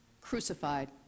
crucified